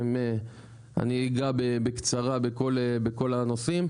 אני אגע בקצרה בכל הנושאים,